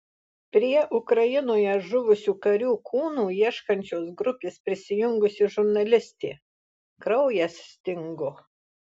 prie ukrainoje žuvusių karių kūnų ieškančios grupės prisijungusi žurnalistė kraujas stingo